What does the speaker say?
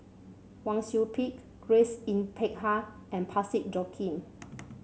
Wang Sui Pick Grace Yin Peck Ha and Parsick Joaquim